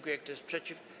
Kto jest przeciw?